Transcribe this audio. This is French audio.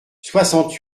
soixante